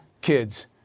kids